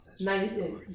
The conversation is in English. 96